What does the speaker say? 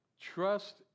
Trust